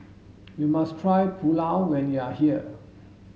you must try Pulao when you are here